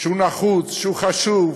שהוא נחוץ, שהוא חשוב,